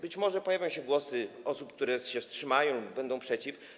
Być może pojawią się głosy osób, które się wstrzymają, będą przeciw.